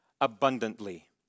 abundantly